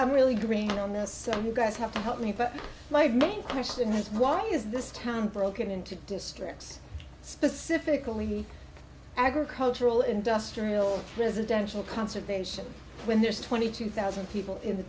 i'm really green on this so you guys have to help me but my main question is why is this town broken into districts specifically agricultural industrial residential conservation when there's twenty two thousand people in the